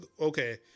Okay